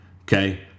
Okay